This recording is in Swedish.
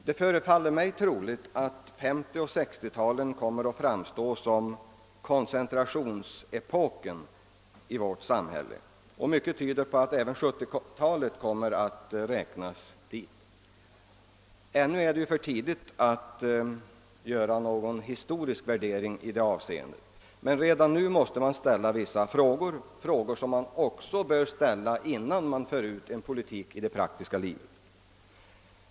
Det förefaller mig troligt att 1950 och 1960-talen kommer att framstå som koncentrationsepoken i vårt samhälle. Mycket tyder på att även 1970-talet kommer att räknas dit. ännu är det för tidigt att göra någon historisk värdering i det avseendet. Redan nu måste man ställa vissa frågor, frågor som man också bör ställa innan man för ut en politik i det praktiska livet.